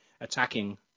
attacking